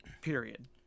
period